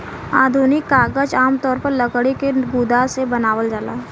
आधुनिक कागज आमतौर पर लकड़ी के गुदा से बनावल जाला